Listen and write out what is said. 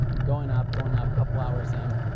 going up, going up, couple hours in,